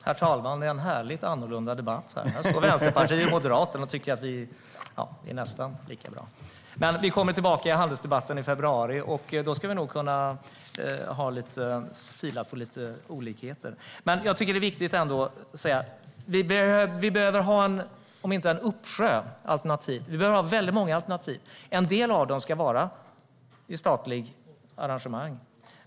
Herr talman! Det är en härligt annorlunda debatt här. Här står vi från Vänsterpartiet och Moderaterna och tycker att vi är nästan lika bra. Men vi kommer tillbaka i handelsdebatten i februari, och då ska vi nog kunna fila på lite olikheter. Jag tycker att det är viktigt att säga att vi behöver ha en uppsjö av alternativ. Vi behöver väldigt många alternativ, och en del av dem ska vara i statlig regi.